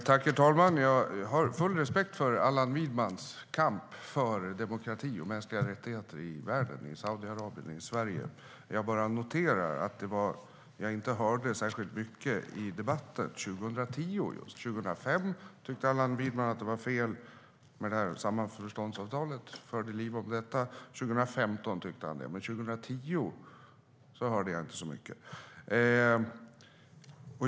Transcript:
Herr talman! Jag har full respekt för Allan Widmans kamp för demokrati, i Saudiarabien och i Sverige. Jag noterar bara att jag inte hörde särskilt mycket om det i debatten just 2010. År 2005 tyckte Allan Widman att samförståndsavtalet var fel och förde liv om det. År 2015 tycker han också det. Men 2010 hörde jag inte mycket.